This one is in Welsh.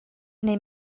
neu